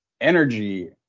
energy